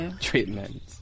treatment